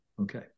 Okay